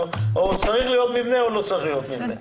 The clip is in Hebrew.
או צריך להיות מבנה או לא צריך להיות מבנה.